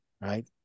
Right